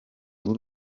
rw’u